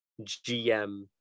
gm